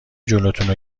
جلوتونو